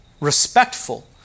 respectful